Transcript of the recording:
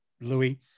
Louis